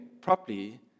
properly